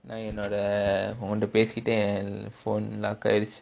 நா என்னோட உங்கிட்ட பேசிட்டே என்:naa ennodaa ungitta pesittae en phone lock ஆயிருச்சு:aayiruchu